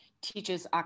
teaches